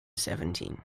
seventeen